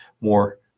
more